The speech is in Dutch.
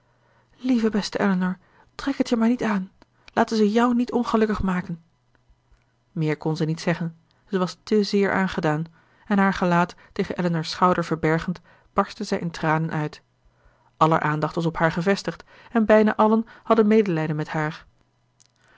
lieve beste elinor trek het je maar niet aan laten ze jou niet ongelukkig maken meer kon zij niet zeggen zij was te zeer aangedaan en haar gelaat tegen elinor's schouder verbergend barstte zij in tranen uit aller aandacht was op haar gevestigd en bijna allen hadden medelijden met haar